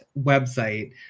website